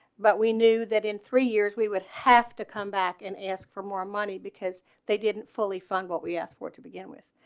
but we knew that three years we would have to come back and ask for more money because they didn't fully fund. what we asked for to begin with,